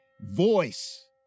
voice